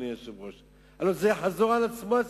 הרי הסיפור הזה יחזור על עצמו.